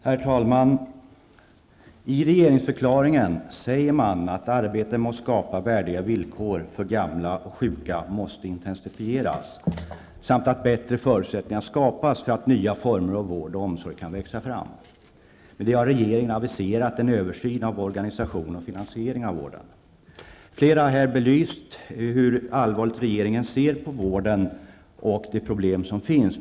Herr talman! I regeringsförklaringen säger man att ''arbetet med att skapa värdiga villkor för gamla och sjuka måste intensifieras'' samt att ''bättre förutsättningar skapas för att nya former av vård och omsorg snabbt kan växa upp''. Med det har regeringen aviserat en översyn av vårdens organisation och finansiering. Flera har här belyst hur allvarligt regeringen ser på vården och de problem som finns där.